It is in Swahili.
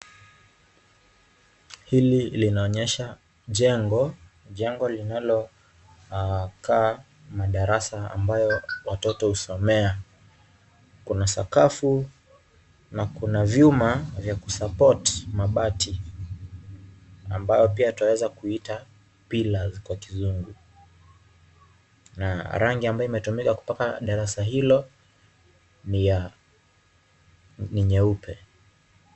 Hili linaonyesha jengo, jengo linalokaa madarasa ambayo watoto husomea. Kuna sakafu na kuna vyuma vya ku support mabati ambayo pia twaweza kuiita pillars kwa kizungu. Rangi ambayo imetumika kupaka darasa hilo ni ya ni nyeupe.